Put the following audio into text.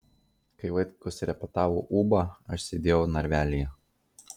kai vaitkus repetavo ūbą aš sėdėjau narvelyje